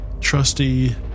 trusty